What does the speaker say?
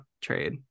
trade